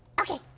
okay.